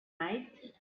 night